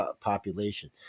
population